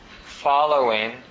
following